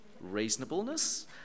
reasonableness